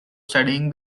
studying